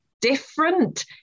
different